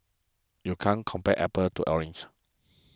you can't compare apples to oranges